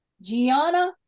Gianna